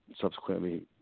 subsequently